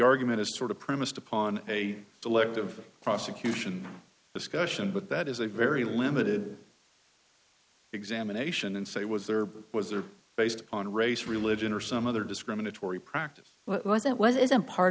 argument is sort of premised upon a selective prosecution discussion but that is a very limited examination and say was there was there based on race religion or some other discriminatory practice that was isn't part